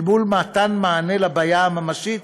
אל מול מתן מענה לבעיה הממשית,